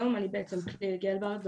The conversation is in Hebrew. אני כליל גלברט,